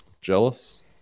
Jealous